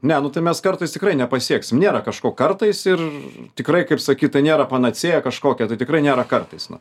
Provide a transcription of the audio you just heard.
ne nu tai mes kartais tikrai nepasieksim nėra kažko kartais ir tikrai kaip sakyt tai nėra panacėja kažkokia tai tikrai nėra kartais nu